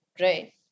right